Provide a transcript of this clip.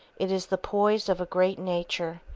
it is the poise of a great nature,